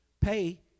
pay